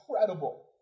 incredible